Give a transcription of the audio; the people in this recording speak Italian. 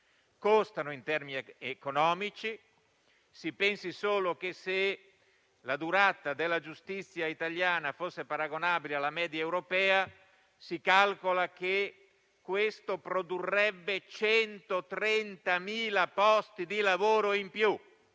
costano in termini economici. Si pensi solo che, se la durata della giustizia italiana fosse paragonabile alla media europea, si calcola che questo produrrebbe 130.000 posti di lavoro in più;